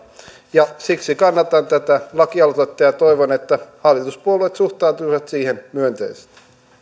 ja siksi kannatan tätä lakialoitetta ja toivon että hallituspuolueet suhtautuisivat siihen myönteisesti